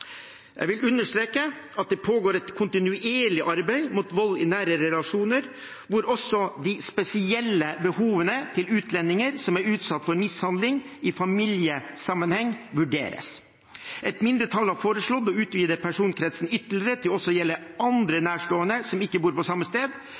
Jeg vil understreke at det pågår et kontinuerlig arbeid mot vold i nære relasjoner, hvor også de spesielle behovene til utlendinger som er utsatt for mishandling i familiesammenheng, vurderes. Et mindretall har foreslått å utvide personkretsen ytterligere til også å gjelde